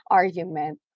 argument